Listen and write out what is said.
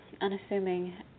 unassuming